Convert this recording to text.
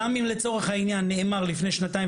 גם אם לצורך העניין נאמר לפני שנתיים,